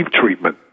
treatment